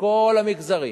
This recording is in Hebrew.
בכל המגזרים